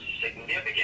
significant